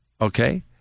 Okay